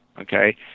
okay